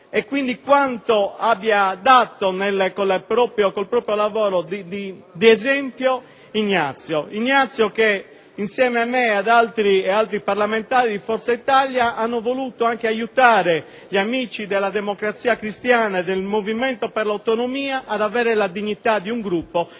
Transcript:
ruolo e quanto abbia dato con il proprio lavoro e con il proprio esempio Ignazio, che, insieme a me e ad altri parlamentari di Forza Italia, ha voluto aiutare gli amici della Democrazia Cristiana e del Movimento per l'Autonomia ad avere la dignità di Gruppo